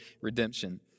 redemption